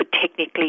technically